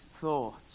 thoughts